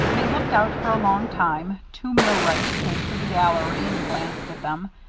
they looked out for a long time. two millwrights came through the gallery, and glanced at them,